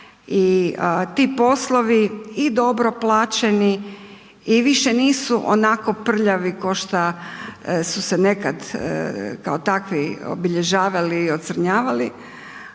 i ti poslovi i dobro plaćeni i više nisu onako prljavi ko šta su se nekad kao takvi obilježavali i ocrnjivali